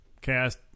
Cast